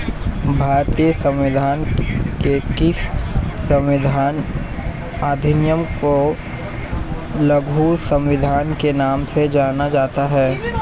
भारतीय संविधान के किस संशोधन अधिनियम को लघु संविधान के नाम से जाना जाता है?